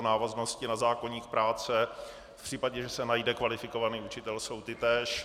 Návaznosti na zákoník práce v případě, že se najde kvalifikovaný učitel, jsou tytéž.